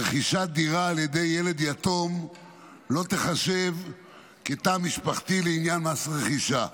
רכישת דירה על ידי ילד יתום לא תיחשב כתא משפחתי לעניין מס רכישה,